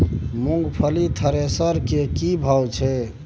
मूंगफली थ्रेसर के की भाव छै?